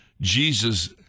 Jesus